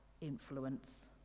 influence